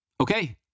Okay